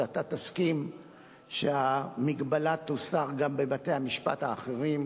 שאתה תסכים שההגבלה תוסר גם בבתי-המשפט האחרים,